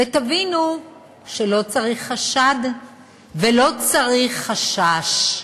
ותבינו שלא צריך חשד ולא צריך חשש.